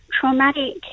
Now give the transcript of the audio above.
traumatic